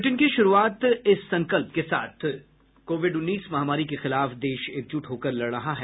bulletin की शुरूआत से पहले ये संकल्प कोविड उन्नीस महामारी के खिलाफ देश एकजुट होकर लड़ रहा है